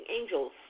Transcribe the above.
angels